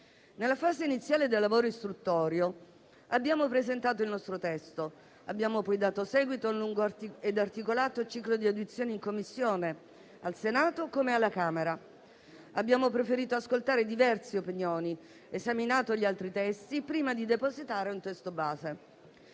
Nella fase iniziale del lavoro istruttorio abbiamo presentato il nostro testo e, poi, dato seguito a un lungo e articolato ciclo di audizioni in Commissione sia al Senato, che alla Camera dei deputati. Abbiamo preferito ascoltare diverse opinioni ed esaminato gli altri testi, prima di depositare un testo base.